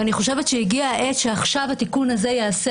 ואני חושבת שהגיע העת שעכשיו התיקון הזה ייעשה,